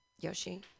Yoshi